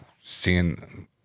seeing